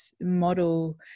model